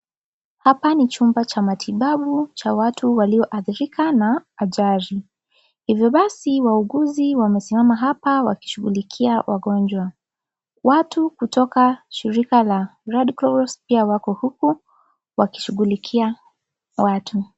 Hapa ni chumba cha matibabu cha watu waliodhirika na ajali . Hivyo basi wauguzi wamesimama hapa wakishughulikia wagonjwa . Watu kutoka shirika la Red Cross pia wako huku wakishughulikia watu .